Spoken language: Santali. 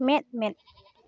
ᱢᱮᱫᱼᱢᱮᱫ